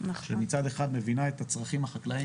שמצד אחד מבינה את הצרכים החקלאיים,